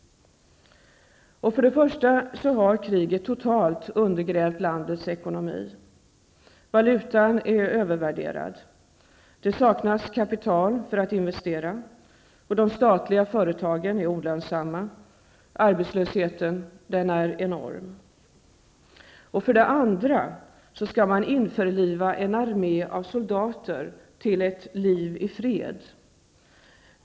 För det första har kriget totalt undergrävt landets ekonomi. Valutan är övervärderad, det saknas kapital för att investera, de statliga företagen är olönsamma och arbetslösheten är enorm. För det andra skall man återföra en armé av soldater till ett liv i fred.